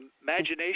imagination